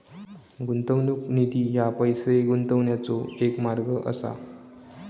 गुंतवणूक निधी ह्या पैसो गुंतवण्याचो एक मार्ग असा